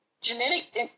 Genetic